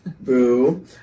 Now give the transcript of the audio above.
boo